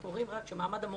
אנחנו רואים רק שמעמד המורה,